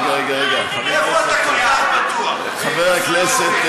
רגע, רגע, חבר הכנסת,